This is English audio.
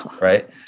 right